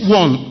one